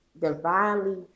divinely